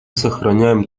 сохраняем